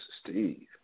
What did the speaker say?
Steve